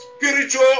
Spiritual